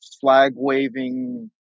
flag-waving